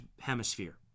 hemisphere